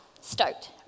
stoked